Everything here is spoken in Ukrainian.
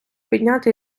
підняти